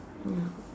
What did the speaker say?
ya